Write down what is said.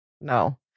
no